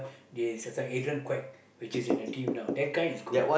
this certain Adrian Kwek which is in the team now that guy is good